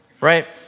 right